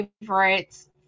favorites